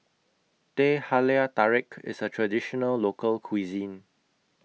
Teh Halia Tarik IS A Traditional Local Cuisine